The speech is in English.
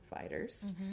Fighters